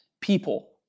people